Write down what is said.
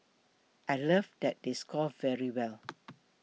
I love that they score very well